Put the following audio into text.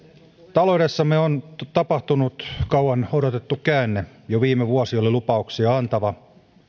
taloudessamme on tapahtunut kauan odotettu käänne jo viime vuosi oli lupauksia antava